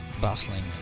bustling